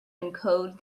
encode